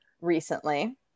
recently